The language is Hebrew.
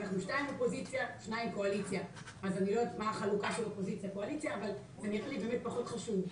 אז אני לא יודעת מה החלוקה, אבל זה פחות חשוב.